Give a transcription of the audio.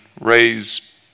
raise